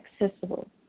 accessible